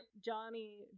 Johnny